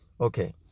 Okay